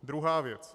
Druhá věc.